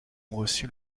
reçu